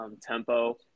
tempo